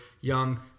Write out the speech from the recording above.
young